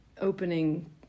opening